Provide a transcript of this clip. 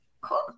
Cool